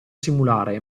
simulare